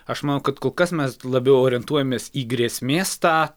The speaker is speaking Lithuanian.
aš manau kad kol kas mes labiau orientuojamės į grėsmės tą